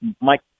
Mike